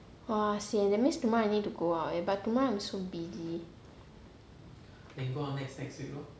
!wah! sian that the means tomorrow I need to go out eh but tomorrow I'm so busy